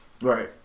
Right